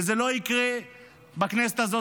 וזה לא יקרה בכנסת הזאת,